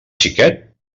xiquet